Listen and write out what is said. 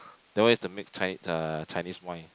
that one is the mix Chi~ uh Chinese wine